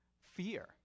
fear